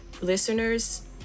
listeners